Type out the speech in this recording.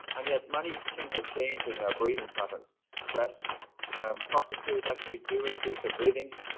and yet, many things are changing our breathing patterns. stress ah um processed foods actually do increase our breathing,